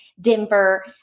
Denver